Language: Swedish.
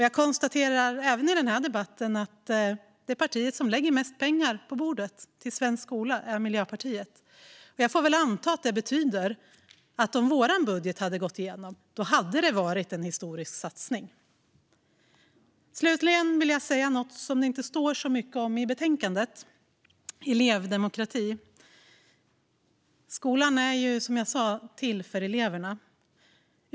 Jag konstaterar även i den här debatten att det parti som lägger mest pengar på bordet till svensk skola är Miljöpartiet. Jag får väl anta att det betyder att om vår budget hade gått igenom hade det varit en historisk satsning. Slutligen vill jag tala om något som det inte står så mycket om i betänkandet - elevdemokrati. Skolan är, som jag sa, till för eleverna.